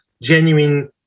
genuine